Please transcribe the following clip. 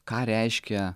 ką reiškia